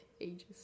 ages